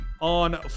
on